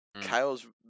Kyle's